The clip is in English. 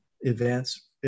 events